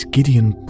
Gideon